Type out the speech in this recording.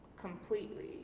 completely